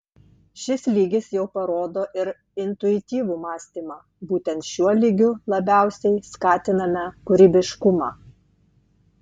šis lygis jau parodo ir intuityvų mąstymą būtent šiuo lygiu labiausiai skatiname kūrybiškumą